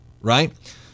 right